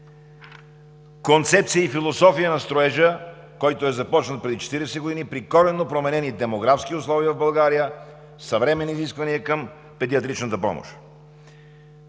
концепции и философия на строежа, който е започнат преди 40 години при коренно променени демографски условия в България; съвременни изисквания към педиатричната помощ;